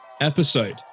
episode